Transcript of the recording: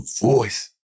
voice